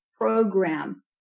program